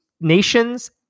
nations